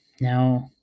now